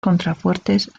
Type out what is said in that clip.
contrafuertes